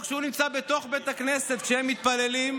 חברת הכנסת שיר סגמן, קריאה שנייה.